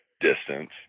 distance